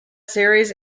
series